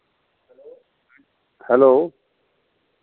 hello